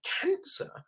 cancer